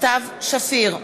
סתיו שפיר,